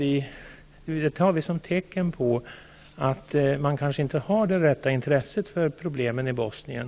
Vi tar det som tecken på att man kanske inte har det rätta intresset för problemen i Bosnien.